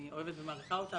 אני אוהבת ומעריכה אותה,